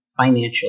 financial